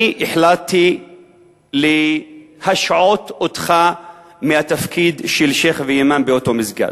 אני החלטתי להשעות אותך מהתפקיד של שיח' ואימאם באותו מסגד.